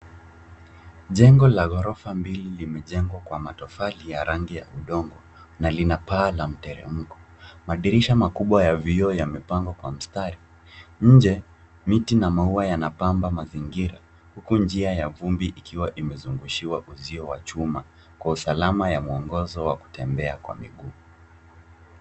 Jengo la ghorofa mbili limejengwa kwa matofali ya rangi ya udongo na lina paa la mteremko. Madirisha makubwa ya vioo yamepangwa kwa mstari. Nje, miti na maua yanapamba mazingira huku njia ya vumbi ikiwa imezungushiwa uzio wa chuma kwa usalama ya mwongozo wa kutembea kwa mguu.